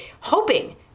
hoping